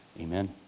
Amen